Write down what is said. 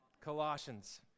Colossians